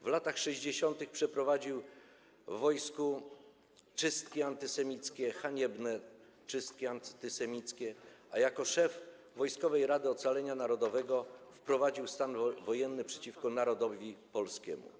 W latach 60. przeprowadził w wojsku haniebne czystki antysemickie, a jako szef Wojskowej Rady Ocalenia Narodowego wprowadził stan wojenny przeciwko narodowi polskiemu.